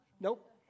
Nope